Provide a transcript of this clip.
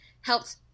helps